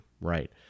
Right